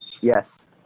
Yes